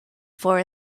for